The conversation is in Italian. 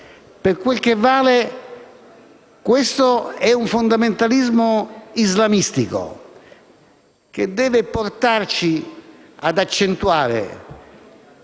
Per quel che vale, questo è un fondamentalismo «islamistico», che deve portarci ad accentuare